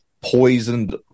poisoned